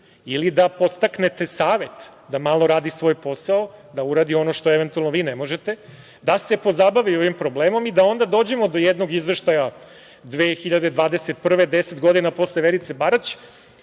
ili da podstaknete Savet da malo radi svoj posao, da uradi ono što, eventualno, vi ne možete, da se pozabavi ovim problemom, i da onda dođemo do jednog izveštaja 2021. godine, deset godina posle Verice Barać,